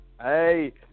Hey